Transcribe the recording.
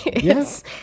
Yes